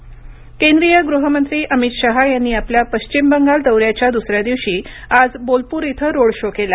अमित शहा बंगाल दौरा केंद्रीय गृहमंत्री अमित शहा यांनी आपल्या पश्चिम बंगाल दौऱ्याच्या दुसऱ्या दिवशी आज बोलपूर इथं रोड शो केला